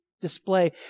display